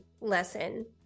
lesson